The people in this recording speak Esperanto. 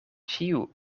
ĉiu